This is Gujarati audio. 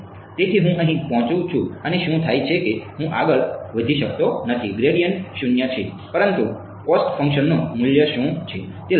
તેથી હું અહીં પહોંચું છું અને શું થાય છે કે હું આગળ આગળ વધી શકતો નથી ગ્રેડિયન્ટ 0 છે પરંતુ કોસ્ટ ફંક્શનનું મૂલ્ય શું છે